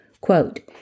Quote